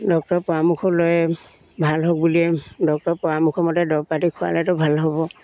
ডক্টৰৰ পৰামৰ্শ লৈ ভাল হওক বুলিয়ে ডক্টৰৰ পৰামৰ্শমতে দৰব পাতি খোৱালেতো ভাল হ'ব